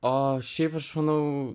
o šiaip aš manau